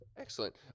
Excellent